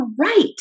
right